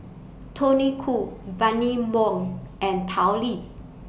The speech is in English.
Tony Khoo Bani Buang and Tao Li